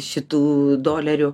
šitų dolerių